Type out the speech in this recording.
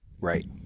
right